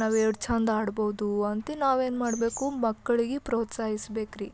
ನಾವು ಏಟ್ ಚೆಂದ ಆಡ್ಬೋದು ಅಂತಿ ನಾವು ಏನು ಮಾಡಬೇಕು ಮಕ್ಕಳಿಗೆ ಪ್ರೋತ್ಸಾಹಿಸಬೇಕ್ರಿ